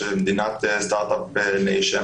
הסטארט-אפ ניישן.